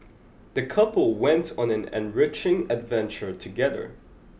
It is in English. the couple went on an enriching adventure together